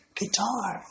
guitar